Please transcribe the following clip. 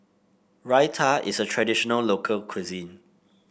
raita is a traditional local cuisine